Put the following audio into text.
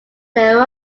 their